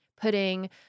putting